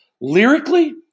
lyrically